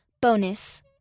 Bonus